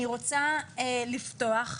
אני רוצה לפתוח.